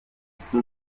gisozi